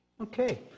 Okay